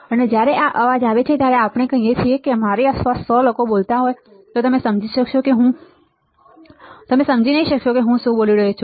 અને જ્યારે આ અવાજ આવે છે ત્યારે આપણે કહીએ કે જો મારી આસપાસ 100 લોકો બોલતા હોય તો તમે સમજી શકશો નહીં કે હું શું બોલી રહ્યો છું